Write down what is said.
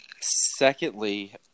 secondly